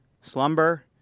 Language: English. slumber